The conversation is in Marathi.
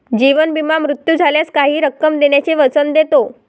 जीवन विमा मृत्यू झाल्यास काही रक्कम देण्याचे वचन देतो